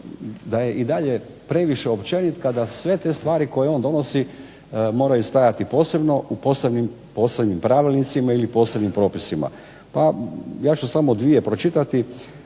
da je i dalje previše općenit kada sve te stvari koje on donosi moraju stajati posebno u posebnim pravilnicima ili posebnim propisima. Pa ja ću samo dvije pročitati.